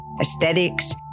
aesthetics